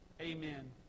Amen